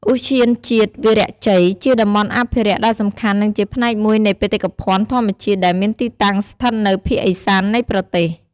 ឧទ្យានជាតិវីរៈជ័យ ជាតំបន់អភិរក្សដ៏សំខាន់និងជាផ្នែកមួយនៃបេតិកភណ្ឌធម្មជាតិដែលមានទីតាំងស្ថិតនៅភាគឦសាននៃប្រទេស។